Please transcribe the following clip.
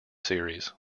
series